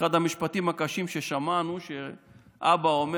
המשפטים הקשים ששמענו הוא שאבא אומר